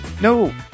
no